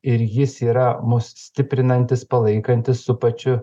ir jis yra mus stiprinantis palaikantis su pačiu